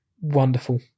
wonderful